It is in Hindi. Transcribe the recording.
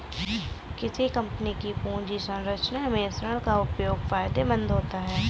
किसी कंपनी की पूंजी संरचना में ऋण का उपयोग फायदेमंद होता है